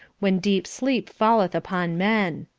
when deep sleep falleth upon men.